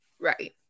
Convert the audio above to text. Right